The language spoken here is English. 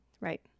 right